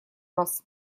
раз